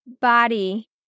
body